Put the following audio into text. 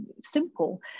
simple